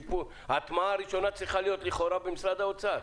ההטמעה הראשונה צריכה להיות לכאורה במשרד האוצר.